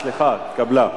סליחה, התקבלה,